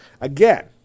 Again